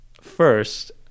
first